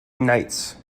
nights